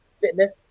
fitness